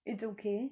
it's okay